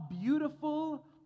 beautiful